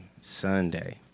Sunday